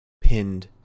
pinned